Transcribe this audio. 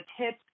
tips